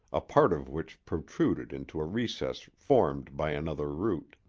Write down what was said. a part of which protruded into a recess formed by another root.